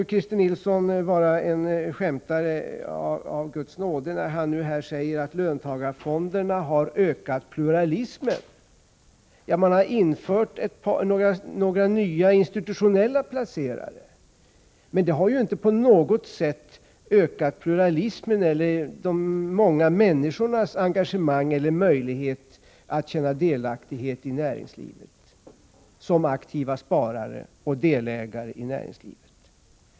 Christer Nilsson måste vara en skämtare av Guds nåde när han säger att löntagarfonderna har ökat pluralismen. Det har tillkommit några nya institutionella placerare, men detta har inte på något sätt ökat pluralismen eller de många människornas engagemang eller möjlighet att känna delaktighet i näringslivet som aktiva sparare och delägare i näringslivet.